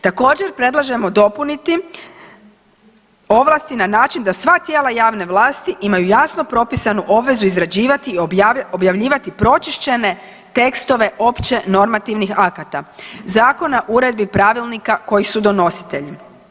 Također predlažemo dopuniti ovlasti na način da sva tijela javne vlasti imaju jasno propisanu obvezu izrađivati i objavljivati pročišćene tekstove opće normativnih akata, zakona, uredbi, pravilnika kojih su donositelji.